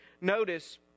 Notice